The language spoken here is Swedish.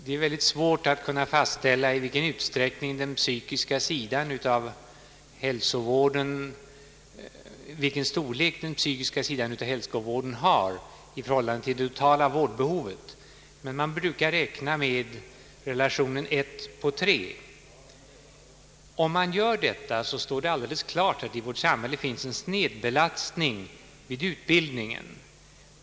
Det är mycket svårt att fastställa vilken storlek den psykiska sidan av hälsovården har i förhållande till det totala vårdbehovet, men man brukar räkna med relationen ett på tre. Om man räknar med detta står det alldeles klart att det är en snedbelastning i utbildningen.